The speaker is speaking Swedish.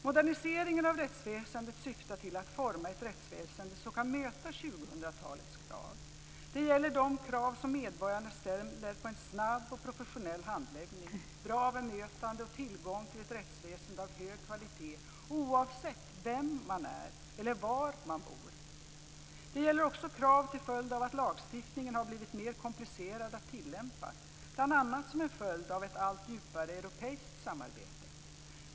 Moderniseringen av rättsväsendet syftar till att forma ett rättsväsende som kan möta 2000-talets krav. Det gäller de krav som medborgarna ställer på en snabb och professionell handläggning, ett bra bemötande och tillgång till ett rättsväsende av hög kvalitet, oavsett vem man är eller var man bor. Det gäller också krav till följd av att lagstiftningen har blivit mer komplicerad att tillämpa, bl.a. som en följd av ett allt djupare europeiskt samarbete.